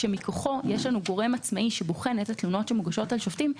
ומכוחו יש גורם עצמאי שבוחן איזה תלונות מוגשות על שופטים,